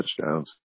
touchdowns